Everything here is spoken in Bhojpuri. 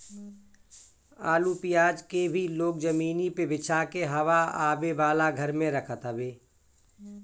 आलू पियाज के भी लोग जमीनी पे बिछा के हवा आवे वाला घर में रखत हवे